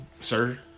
sir